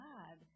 God